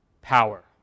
power